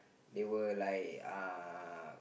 they were like uh